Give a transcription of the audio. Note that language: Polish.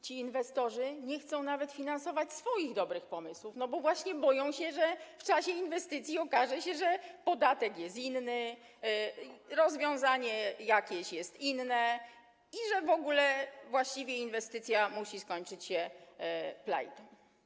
Ci inwestorzy nie chcą nawet finansować swoich dobrych pomysłów, bo właśnie boją się, że w czasie inwestycji okaże się, że podatek jest inny, jakieś rozwiązanie jest inne i że w ogóle inwestycja musi skończyć się plajtą.